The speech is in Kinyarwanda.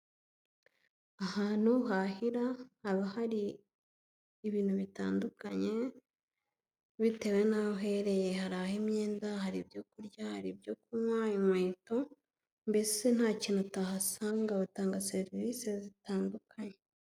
Ahantu uhahira haba hari ibintu bitandukanye bitewe n'aho uhereye. Hari ah'imyenda, hari ibyo kurya, hari ibyo kunywa, inkweto, mbese nta kintu utahasanga, batanga serivise zitandukanye.